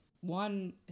one